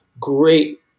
great